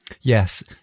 Yes